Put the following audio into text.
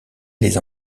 les